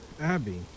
Abby